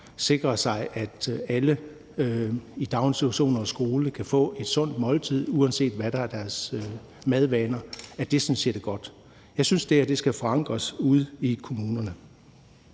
sikrer sig, at alle i daginstitutioner og skoler kan få et sundt måltid, uanset hvad der er deres madvaner. Jeg synes, det her skal forankres ude i kommunerne.